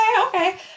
okay